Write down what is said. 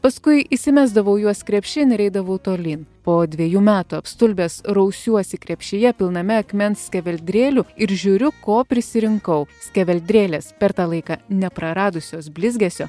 paskui įsimesdavau juos krepšin ir eidavau tolyn po dviejų metų apstulbęs rausiuosi krepšyje pilname akmens skeveldrėlių ir žiūriu ko prisirinkau skeveldrėlės per tą laiką nepraradusios blizgesio